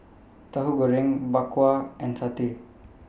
Tahu Goreng Bak Kwa and Satay